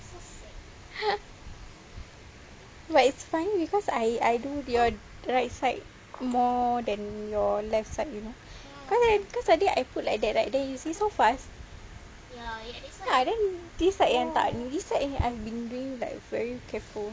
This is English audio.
but it's funny because I I do your right side more than your left side you know cause I cause tadi I put like that right then you see so fast ya then this side yang tak then this side I've been doing like I'm very careful